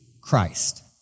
Christ